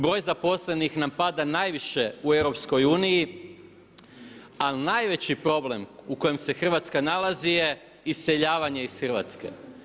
Broj zaposlenih nam pada najviše u EU ali najveći problem u kojem se Hrvatska nalazi je iseljavanje iz Hrvatske.